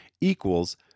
equals